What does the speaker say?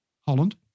Holland